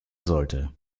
sollte